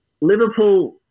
Liverpool